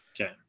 Okay